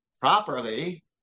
properly